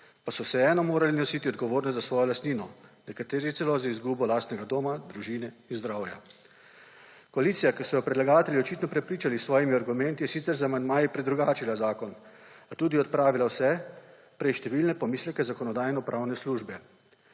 pa so vseeno morali nositi odgovornost za svojo lastnino, nekateri celo z izgubo lastnega doma, družine in zdravja. Koalicija, ki so jo predlagatelji očitno prepričali s svojimi argumenti, je sicer z amandmaji predrugačila zakon, a tudi odpravila vse prej številne pomisleke Zakonodajno-pravne službe.